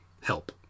help